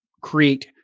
create